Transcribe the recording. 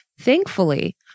Thankfully